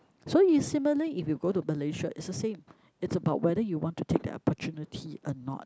so it's similarly if you go to Malaysia it's the same it's about whether you want to take the opportunity or not